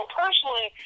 personally